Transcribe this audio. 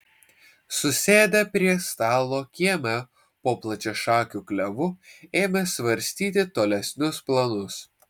susėdę prie stalo kieme po plačiašakiu klevu ėmė svarstyti tolesnius planus